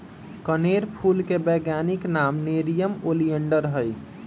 कनेर फूल के वैज्ञानिक नाम नेरियम ओलिएंडर हई